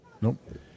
Nope